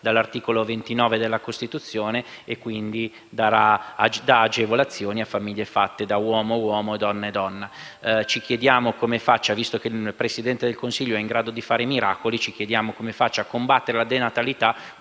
dall'articolo 29 della Costituzione e quindi concede agevolazioni a famiglie composte da uomo-uomo o donna-donna. Ci chiediamo come faccia. Visto che il Presidente del Consiglio è in grado di fare miracoli, ci chiediamo come faccia a combattere la denatalità